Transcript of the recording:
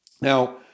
Now